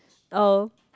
oh